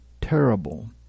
terrible